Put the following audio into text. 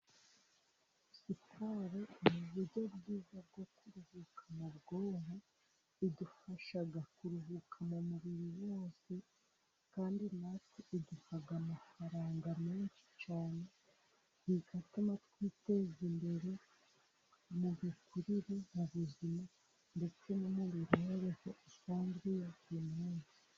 Siporo ni uburyo bwiza bwo kuruhuka mu bwonko, bidufasha kuruhuka mu mubiri wose, kandi natwe iduha amafaranga menshi cyane bikavamo twiteza imbere, mu mikurire mu buzima ndetse no mu mibereho isanzwe ya ya buri munsi.